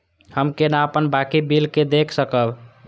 हम केना अपन बाकी बिल के देख सकब?